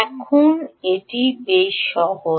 এখন এটি বেশ সহজ